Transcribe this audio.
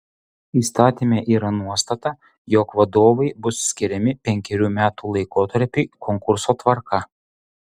įstatyme yra nuostata jog vadovai bus skiriami penkerių metų laikotarpiui konkurso tvarka